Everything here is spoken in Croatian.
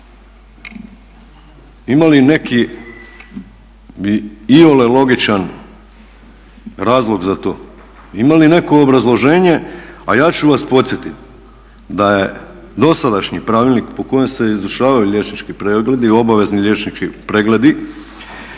Ima li neki iole logičan razlog za to? Ima li neko obrazloženje? A ja ću vas podsjetiti da je dosadašnji pravilnik po kojem se izvršavaju liječnički pregledi, obavezni liječnički pregledi,